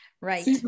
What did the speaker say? Right